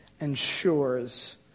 ensures